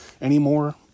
anymore